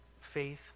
faith